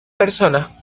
personas